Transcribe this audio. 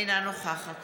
אינה נוכחת